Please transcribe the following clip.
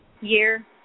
year